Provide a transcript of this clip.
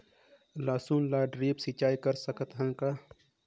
लसुन ल ड्रिप सिंचाई कर सकत हन का?